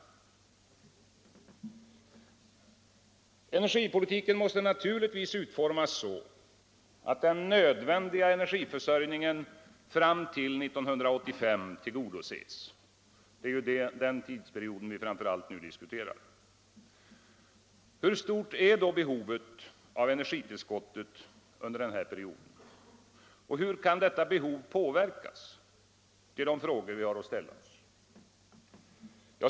Energipolitiken måste naturligtvis utformas så, att den nödvändiga energiförsörjningen fram till 1985 tillgodoses; det är ju den tidsperioden vi nu framför allt diskuterar. Hur stort är då behovet av energitillskott under denna period? Och hur kan detta behov påverkas? Det är de frågor vi har att ställa oss.